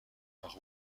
par